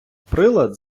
прилад